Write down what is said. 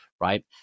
right